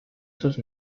sus